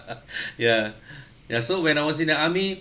ya ya so when I was in the army